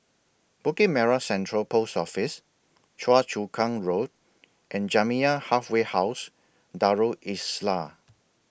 Bukit Merah Central Post Office Choa Chu Kang Road and Jamiyah Halfway House Darul Islah